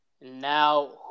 Now